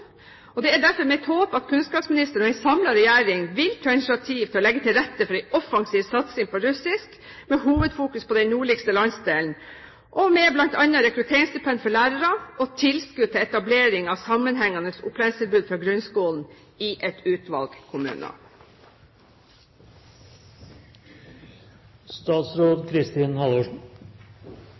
Det er derfor mitt håp at kunnskapsministeren og en samlet regjering vil ta initiativ til å legge til rette for en offensiv satsing på russisk med hovedfokus på den nordligste landsdelen, med bl.a. rekrutteringsstipend for lærere og tilskudd til etablering av sammenhengende opplæringstilbud fra grunnskolen i et utvalg